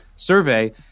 Survey